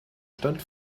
stand